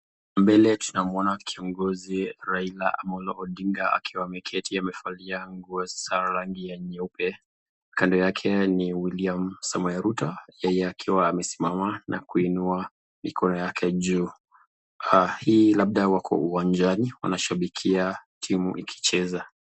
Mbele tunaona kiongizi Raila omolo odinga akiwa ameketi amevalia nguo za rangi nyeupe kando yake ni William samoe ruto yeye akiwa amesimama na kuinua mkono yake juu, hii labda wako uwanjani wanashabikia timu ikicheza.